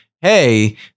hey